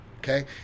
Okay